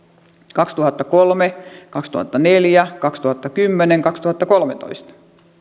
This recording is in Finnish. kaksituhattakolme kaksituhattaneljä kaksituhattakymmenen kaksituhattakolmetoista